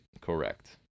Correct